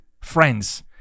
friends